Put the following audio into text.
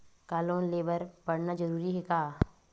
का लोन ले बर पढ़ना जरूरी हे का?